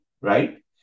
right